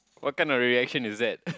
what kind of reaction is that